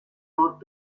ought